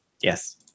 Yes